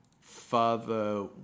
Father